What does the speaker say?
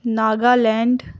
Naga land